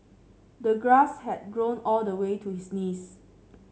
the grass had grown all the way to his knees